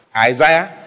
Isaiah